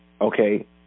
okay